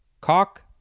cock